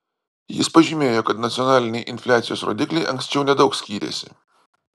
jis pažymėjo kad nacionaliniai infliacijos rodikliai anksčiau nedaug skyrėsi